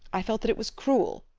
i felt that it was cruel,